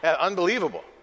Unbelievable